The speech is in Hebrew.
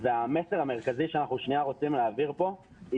המסר המרכזי שאנחנו רוצים להעביר פה הוא